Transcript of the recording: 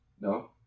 no